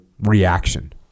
Reaction